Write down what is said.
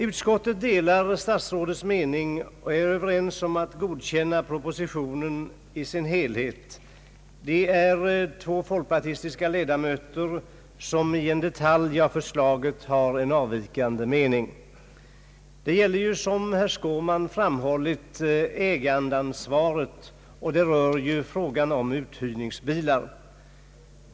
Utskottet delar statsrådets mening och är enigt om att godkänna proposi tionen i dess helhet. Det är två folkpartistiska ledamöter som i en detalj av förslaget har en avvikande mening. Det gäller nu, som herr Skårman har framhållit, ägandeansvaret i fråga om uthyrningsbilar.